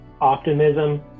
optimism